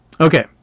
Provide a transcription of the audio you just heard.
Okay